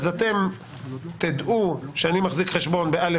אז אתם תדעו שאני מחזיק חשבון ב-א',